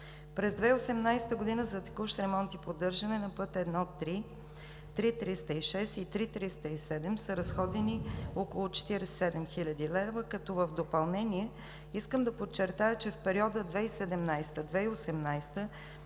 През 2018 г. за текущ ремонт и поддържане на път I-3, III-306 и III-307 са разходени около 47 хил. лв., като в допълнение искам да подчертая, че в периода 2017 – 2018 г., на